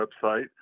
website